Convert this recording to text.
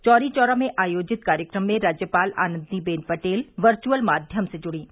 चौरी चौरा में आयोजित कार्यक्रम में राज्यपाल आनंदीबेन पटेल वर्चअल माध्यम से जुड़ीं